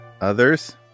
others